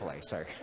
sorry